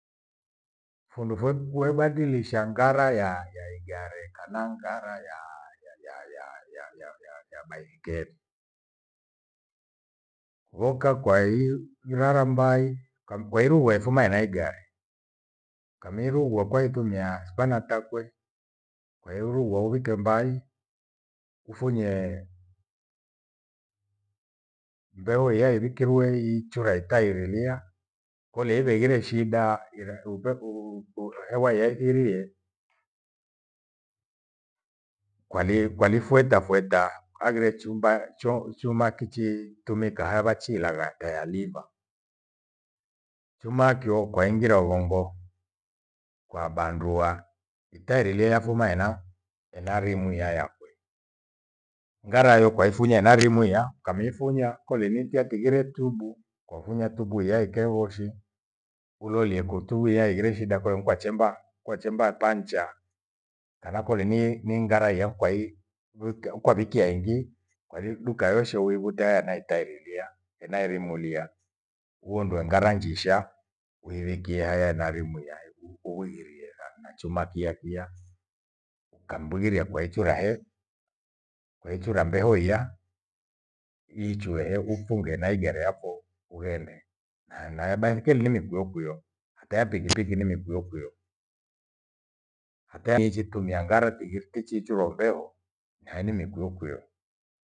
Fundu vue kuibadilisha ngara ya- yaigare kana ngara yaa- ya- ya- ya- ya baisikeli. Uwoka Kwai irara mbai kwamku uraifuma ina igare. Kami irughua kwa itumia spana takwe kwairurughua uvike mbai ufunye, mbeo yairikureeicho ya itairi iriya. Kole igheighira shida, era upepo uuruthure hewa yaithirie, kwali kwalifute tafweta aghire chumba cho chuma kichi tumika havachi hila ghatha ya liva. Chuma kio kwaighira uvoghoko kwa bandua itairi ye yafuma ena- ena rimu yayakwe. Ngara yo kwaifunya ena rimu ya kamiifunya kole nitiya kighire tubu kwafunya tubu iya ike voshi ulolie kutu uya ighire shida koyemkwa chemba kwachemba pancha kana kole ni- ni ngara yamkwa hii wika- ukwavikia ingi kwairi duka yoshe uighuta na itairi lia ena irimu liya uondoa ngara njisha uirikia haya ena rimu yai uhighirie thau nachoma kia kia. Ukambuniria kwa hicho hae, kwaicho rambe hoia niichue ehe ufunge na igari yapho ughende. Na- na baisikeli ni mi kwio kwio hata ya pikipki ni mikwio kwio. Hata nichitumia ghara tigiri tichi chuo mbeho nae nimikwiokwio